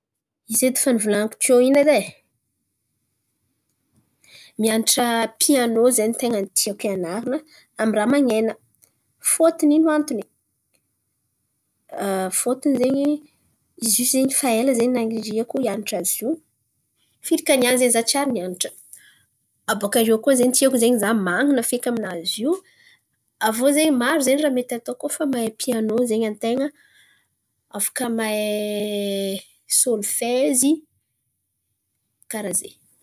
Izy edy efa nivolan̈iko tiô in̈y edy e. Mianatra pianô zen̈y ten̈a ny tiako ianarana amy raha man̈ena. Fôtony ino antony? Fôtony zen̈y zio zen̈y efa ela zen̈y nan̈iriako hianatra zio firaka niany zen̈y za tsiary nianatra. Abôkaiô koa zen̈y tiako zen̈y za man̈ana feky aminazy io. Aviô zen̈y maro zen̈y raha mety atao koa fa mahay pianô zen̈y an-tain̈a. Afaka mahay sôlfaizy. Karà zen̈y.